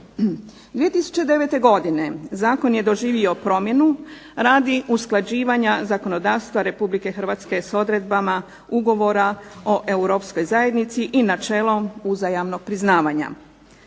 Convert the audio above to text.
2009. godine zakon je doživio promjenu radi usklađivanja zakonodavstva Republike Hrvatske sa odredbama ugovora o Europskoj zajednici i načelom uzajamnog priznavanja.